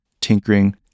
tinkering